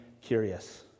curious